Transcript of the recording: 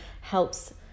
helps